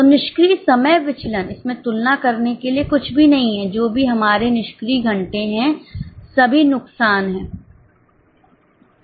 तो निष्क्रिय समय विचलन इसमें तुलना करने के लिए कुछ भी नहीं है जो भी हमारे निष्क्रिय घंटे है सभी नुकसान हैं